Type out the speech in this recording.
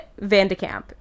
Vandekamp